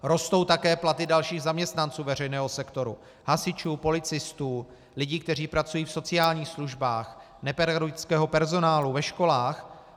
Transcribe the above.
Rostou také platy dalších zaměstnanců veřejného sektoru, hasičů, policistů, lidí, kteří pracují v sociálních službách, nepedagogického personálu ve školách.